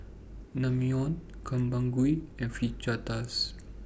Naengmyeon Gobchang Gui and Fajitas